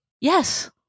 Yes